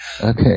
Okay